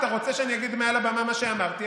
אתה רוצה שאני אגיד מעל הבמה מה שאמרתי?